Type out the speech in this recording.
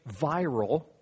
viral